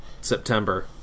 September